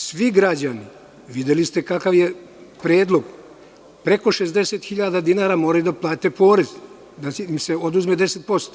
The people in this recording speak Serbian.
Svi građani, videli ste kakav je predlog, preko 60.000 dinara moraju da plate porez, da im se oduzme 10%